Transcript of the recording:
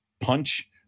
punch